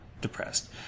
depressed